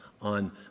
On